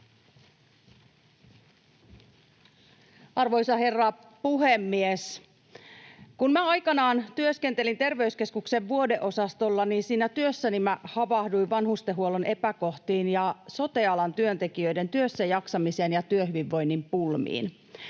Arvoisa herra puhemies! Kun minä aikanaan työskentelin terveyskeskuksen vuodeosastolla, niin siinä työssäni havahduin vanhustenhuollon epäkohtiin ja sote-alan työntekijöiden työssäjaksamisen ja työhyvinvoinnin pulmiin.